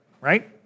right